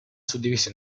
suddiviso